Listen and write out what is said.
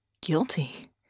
guilty